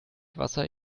wasser